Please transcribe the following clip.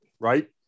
right